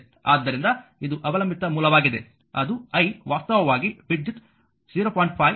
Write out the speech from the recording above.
ಆದ್ದರಿಂದ ಇದು ಅವಲಂಬಿತ ಮೂಲವಾಗಿದೆ ಅದು i ವಾಸ್ತವವಾಗಿ ವಿದ್ಯುತ್ 0